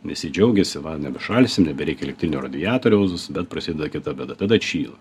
visi džiaugiasi va nebešalsim nebereikia elektrinio radiatoriaus bet prasideda kita bėda tada atšyla